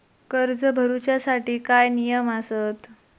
कर्ज भरूच्या साठी काय नियम आसत?